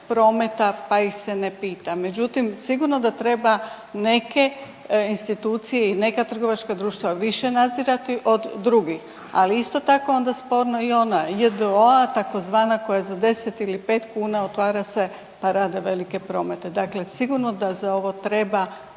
prometa, pa ih se ne pita, međutim sigurno da treba neke institucije i neka trgovačka društva više nadzirati od drugih, ali isto tako onda je sporno i ona j.d.o.o. tzv. koja za 10 ili 5 kuna otvara se, pa rade velike promete, dakle sigurno da za ovo treba